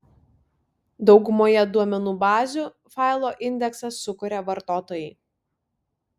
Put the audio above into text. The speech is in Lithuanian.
daugumoje duomenų bazių failo indeksą sukuria vartotojai